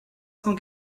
cent